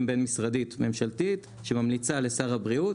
בין-משרדית ממשלתית שממליצה לשר הבריאות.